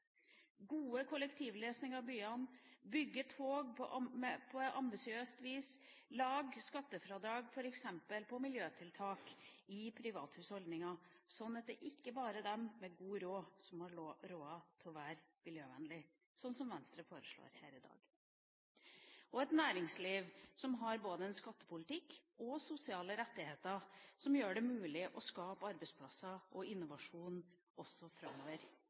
gode kollektivløsninger i byene, bygge tog på ambisiøst vis, lage skattefradrag f.eks. når det gjelder miljøtiltak i privathusholdninger, slik at det ikke bare er de med god råd som har råd til å være miljøvennlige – slik som Venstre foreslår her i dag – og skape et næringsliv som har både en skattepolitikk og sosiale rettigheter som gjør det mulig å skape arbeidsplasser og innovasjon også framover